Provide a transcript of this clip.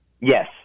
Yes